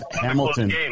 Hamilton